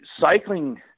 cycling